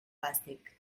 fàstic